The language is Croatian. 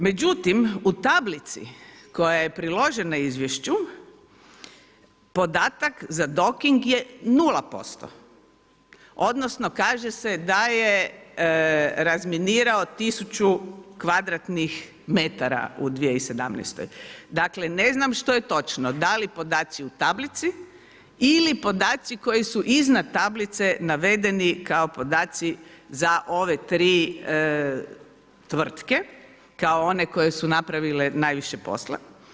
Međutim u tablici koja je priložena izvješću podatak za DOK-ING je 0% odnosno kaže se da je razminirao tisuću kvadratnih metara u 2017., dakle ne znam što je točno, da li podaci u tablici ili podaci koji su iznad tablice navedeni kao podaci za ove 3 tvrtke, kao one koje su napravile najviše posla.